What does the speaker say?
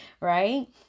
right